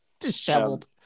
disheveled